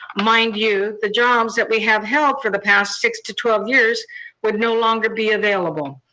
mind you, the jobs that we have held for the past six to twelve years would no longer be available.